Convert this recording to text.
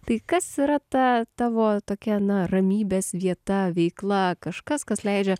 tai kas yra ta tavo tokia na ramybės vieta veikla kažkas kas leidžia